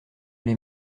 les